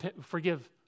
forgive